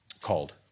called